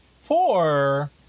four